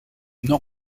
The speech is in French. nord